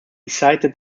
cited